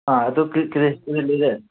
ꯑꯥ ꯑꯗꯨ ꯀꯔꯤ ꯀꯔꯤ ꯀꯔꯤ ꯂꯩꯔꯦ